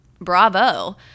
bravo